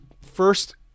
first